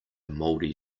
mouldy